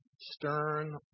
stern